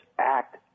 act